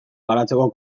garatzeko